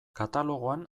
katalogoan